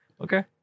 Okay